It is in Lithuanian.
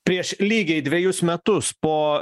prieš lygiai dvejus metus po